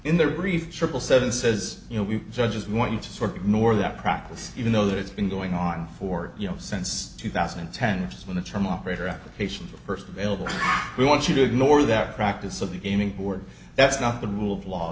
in their brief triple seven says you know we judges want you to sort of nor that practice even though that's been going on for you know since two thousand and ten which is when the term operator applications are first available we want you to ignore that practice of the gaming board that's not the rule of law